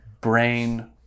brain